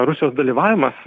rusijos dalyvavimas